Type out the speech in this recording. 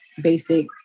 basic